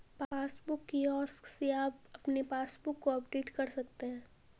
passbook kiosk से आप अपने पासबुक को अपडेट कर सकते हैं